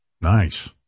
Nice